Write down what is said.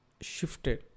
shifted